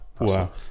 Wow